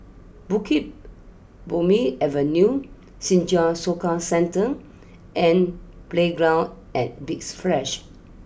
Bukit Purmei Avenue Senja Soka Centre and Playground at Big Splash